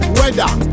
weather